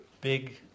big